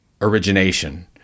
origination